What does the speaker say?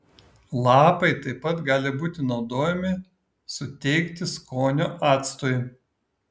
lapai taip pat gali būti naudojami suteikti skonio actui